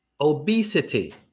Obesity